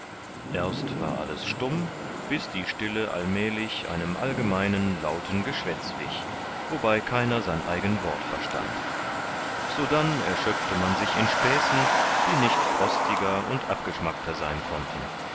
erst war alles stumm bis die stille allmälig einem allgemeinen lauten geschwätz wich wobei keiner sein eigen wort verstand sodann erschöpfte man sich in späßen die nicht frostiger und abgeschmackter sein konnten